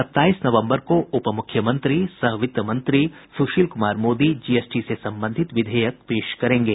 सत्ताईस नवम्बर को उपमुख्यमंत्री सह वित्त मंत्री सुशील कुमार मोदी जीएसटी से संबंधित विधेयक पेश करेंगे